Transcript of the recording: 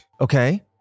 Okay